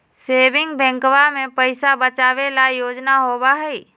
saving बैंकवा में पैसा बचावे ला योजना होबा हई